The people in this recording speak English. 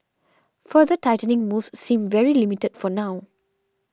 further tightening moves seem very limited for now